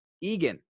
Egan